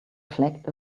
flagged